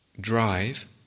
drive